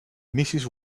mrs